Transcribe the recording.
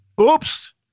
Oops